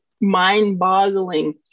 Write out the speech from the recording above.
mind-boggling